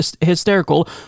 hysterical